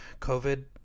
COVID